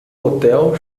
hotel